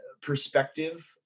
perspective